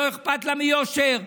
לא אכפת לה מיושר.